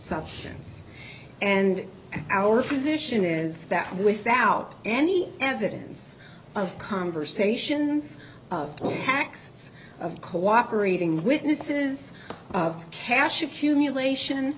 substance and our position is that without any evidence of conversations of texts cooperating witnesses cash accumulation